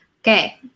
Okay